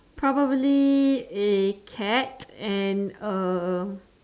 probably a cat and a